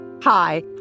Hi